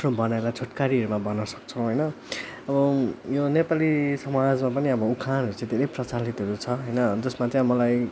आफ्नो भनाइलाई छोटकरीहरूमा भन्नु सक्छौँ होइन अब यो नेपाली समाजमा पनि अब उखानहरू चाहिँ धेरै प्रचलितहरू छ होइन जसमा चाहिँ अब मलाई